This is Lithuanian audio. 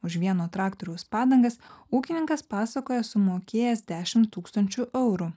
už vieno traktoriaus padangas ūkininkas pasakoja sumokėjęs dešimt tūkstančių eurų